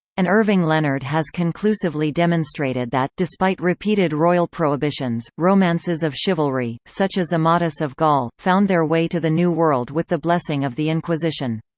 and irving leonard has conclusively demonstrated that, despite repeated royal prohibitions, romances of chivalry, such as amadis of gaul, found their way to the new world with the blessing of the inquisition.